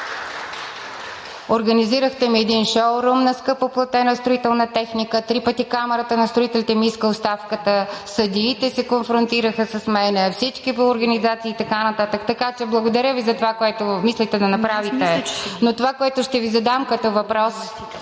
организирахте ми един шоурум на скъпо платена строителна техника, три пъти Камарата на строителите ми иска оставката, съдиите се конфронтираха с мен, а всички по организации и така нататък, така че благодаря Ви за това, което мислехте да направите. Това, което ще Ви задам като въпрос,